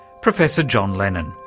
professor john lennon.